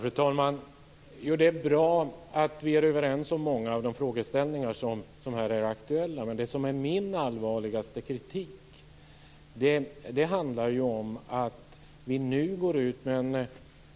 Fru talman! Det är bra att vi är överens om många av de frågeställningar som här är aktuella. Men det som är min allvarligaste kritik är att vi nu går ut med en